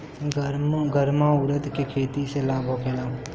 गर्मा उरद के खेती से लाभ होखे ला?